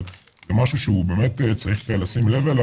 אבל משהו שהוא באמת צריך לשים לב אליו,